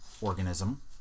organism